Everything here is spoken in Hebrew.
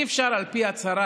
אי-אפשר על פי הצהרה,